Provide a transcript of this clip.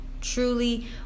truly